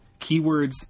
Keywords